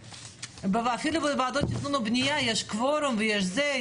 אפילו בוועדות תכנון ובנייה יש קוורום ויש זה.